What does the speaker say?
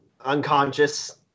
unconscious